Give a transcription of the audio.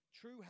true